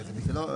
זה לא,